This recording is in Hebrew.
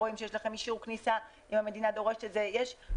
רואים שיש לכם אישור כניסה אם המדינה דורשת את זה ועוד.